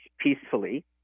peacefully